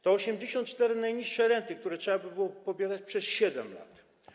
To 84 najniższe renty, które trzeba by było pobierać przez 7 lat.